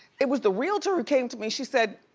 it was the realtor who came to me. she said,